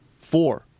Four